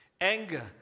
anger